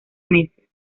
meses